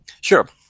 Sure